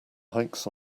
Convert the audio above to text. hikes